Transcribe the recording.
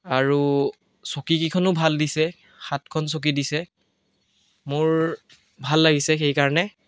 আৰু চকীকেইখনো ভাল দিছে সাতখন চকী দিছে মোৰ ভাল লাগিছে সেইকাৰণে